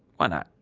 why not?